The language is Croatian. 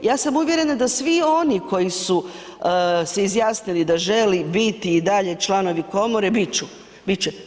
Ja sam uvjerena da svi oni koji su se izjasnili da želi biti i dalje članovi komore, bit će.